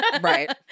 right